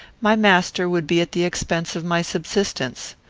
my master would be at the expense of my subsistence.